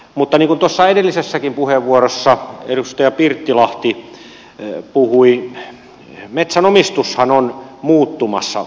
mutta niin kuin tuossa edellisessäkin puheenvuorossa edustaja pirttilahti puhui metsänomistushan on muuttumassa